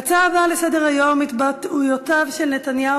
ההצעה הבאה לסדר-היום: התבטאויותיו של נתניהו